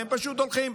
והם פשוט הולכים,